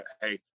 hey